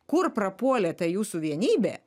kur prapuolė ta jūsų vienybė